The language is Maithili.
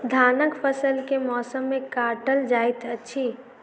धानक फसल केँ मौसम मे काटल जाइत अछि?